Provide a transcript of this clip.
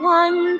one